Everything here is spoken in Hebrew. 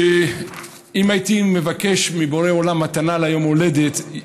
אם הייתי מבקש מבורא עולם מתנה ליום ההולדת,